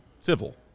civil